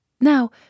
Now